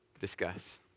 Discuss